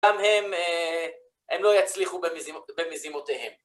גם הם לא יצליחו במזימותיהם.